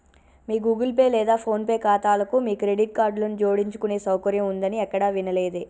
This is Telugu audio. మీ గూగుల్ పే లేదా ఫోన్ పే ఖాతాలకు మీ క్రెడిట్ కార్డులను జోడించుకునే సౌకర్యం ఉందని ఎక్కడా వినలేదే